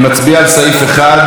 נצביע על סעיף 1,